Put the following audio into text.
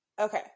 Okay